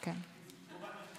לא יהיו.